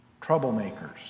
Troublemakers